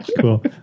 cool